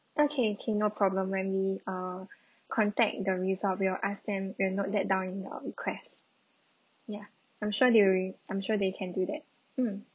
okay okay no problem when we uh contact the resort we will ask them they will note that down in your requests yeah I'm sure they will I'm sure they can do that mm